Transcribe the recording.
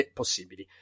possibili